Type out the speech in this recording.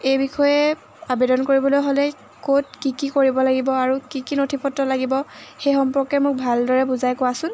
এই বিষয়ে আবেদন কৰিবলৈ হ'লে ক'ত কি কি কৰিব লাগিব আৰু কি কি নথি পত্ৰ লাগিব সেই সম্পৰ্কে মোক ভালদৰে বুজাই কোৱাচোন